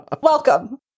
Welcome